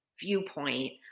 viewpoint